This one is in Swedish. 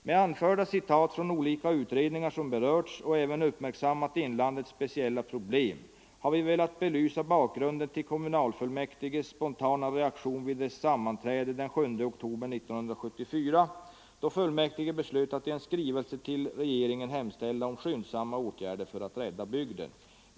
Med anförda citat från olika utredningar, som berört och även uppmärksammat inlandets speciella problem, har vi velat belysa bakgrunden till kommunfullmäktiges spontana reaktion vid dess sammanträde den 7 oktober 1974 då fullmäktige beslöt att i en skrivelse till regeringen hemställa om skyndsamma åtgärder för att rädda bygden.